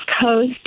Coast